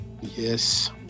Yes